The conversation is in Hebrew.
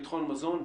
ביטחון מזון,